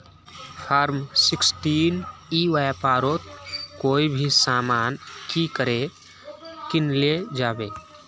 Form sixteen ई व्यापारोत कोई भी सामान की करे किनले जाबे?